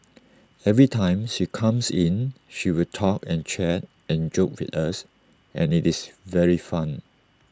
every time she comes in she will talk and chat and joke with us and IT is very fun